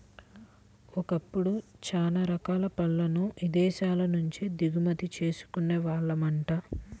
ఒకప్పుడు చానా రకాల పళ్ళను ఇదేశాల నుంచే దిగుమతి చేసుకునే వాళ్ళమంట